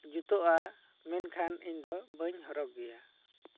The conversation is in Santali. ᱡᱩᱛᱚᱜᱼᱟ ᱢᱮᱱᱠᱷᱟᱱ ᱤᱧ ᱫᱚ ᱵᱟᱹᱧ ᱦᱚᱨᱚᱜᱽ ᱜᱮᱭᱟ